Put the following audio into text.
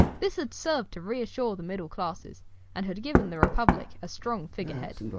this had served to reassure the middle classes and had given the republic a strong figurehead,